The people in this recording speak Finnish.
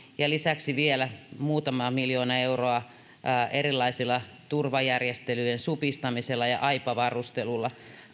ja lisäksi vielä muutama miljoona euroa tulee erilaisten turvajärjestelyjen supistumisesta ja aipa varustelusta